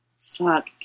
Fuck